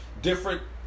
different